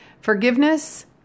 Forgiveness